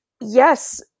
Yes